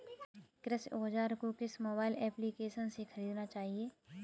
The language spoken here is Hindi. कृषि औज़ार को किस मोबाइल एप्पलीकेशन से ख़रीदना चाहिए?